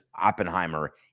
Oppenheimer